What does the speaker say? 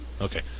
Okay